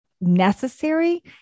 necessary